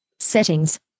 Settings